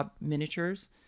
miniatures